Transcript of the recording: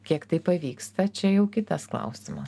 kiek tai pavyksta čia jau kitas klausimas